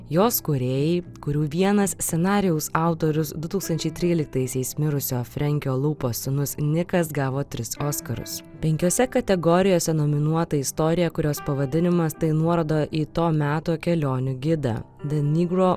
jos kūrėjai kurių vienas scenarijaus autorius du tūkstančiai tryliktaisiais mirusio frenke lūpo sūnus nikas gavo tris oskarus penkiose kategorijose nominuota istorija kurios pavadinimas tai nuoroda į to meto kelionių gidą